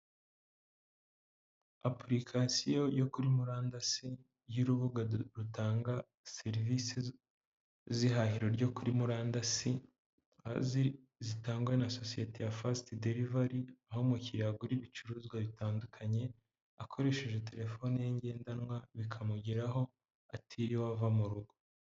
Apurikasiyo yo kuri murandasi y'urubuga rutanga serivisi z'ihahiro ryo kuri murandasi, zitangwa na sosiyete ya Fast derivari, aho umukiriya agura ibicuruzwa bitandukanye akoresheje telefoni ye ngendanwa, bikamugeraho atiriwe ava mu rugo.